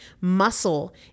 Muscle